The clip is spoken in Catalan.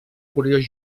curiós